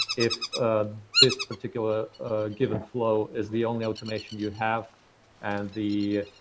if ah this particular given flow is the only automation you have and the